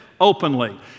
openly